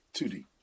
2D